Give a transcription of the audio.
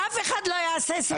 שאף אחד לא יעשה סיבוב.